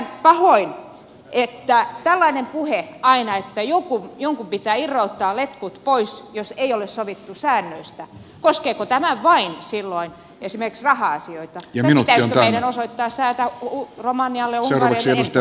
pelkään pahoin että kun on tällaista puhetta aina että jonkun pitää irrottaa letkut pois jos ei ole sovittu säännöistä niin koskeeko tämä vain silloin esimerkiksi raha asioita vai pitäisikö meidän osoittaa säätää romanialle unkarille